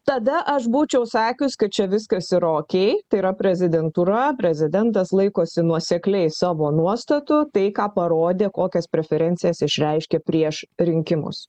tada aš būčiau sakius kad čia viskas yra okei tai yra prezidentūra prezidentas laikosi nuosekliai savo nuostatų tai ką parodė kokias preferencijas išreiškė prieš rinkimus